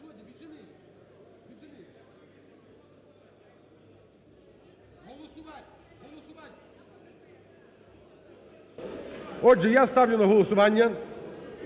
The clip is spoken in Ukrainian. Отже, я ставлю на голосування